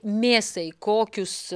mėsai kokius